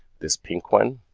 this pink one.